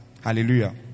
Hallelujah